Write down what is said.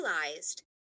realized